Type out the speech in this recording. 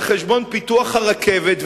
על חשבון פיתוח הרכבת.